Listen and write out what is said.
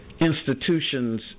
Institutions